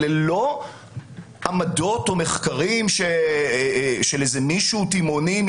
אלה לא עמדות או מחקרים של מישהו תימהוני.